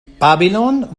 babylon